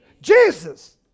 Jesus